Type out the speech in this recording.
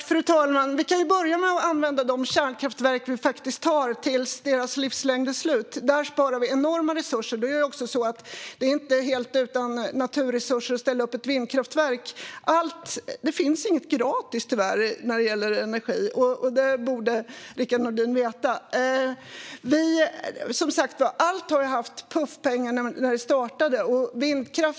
Fru talman! Vi kan börja med att använda de kärnkraftverk vi faktiskt har tills deras livslängd är slut. Där sparar vi enorma resurser. Det är inte heller så att ett vindkraftverk kan ställas upp helt utan resurser. Inget är tyvärr gratis när det gäller energi; det borde Rickard Nordin veta. Som sagt: Allt fick puffpengar när det startade.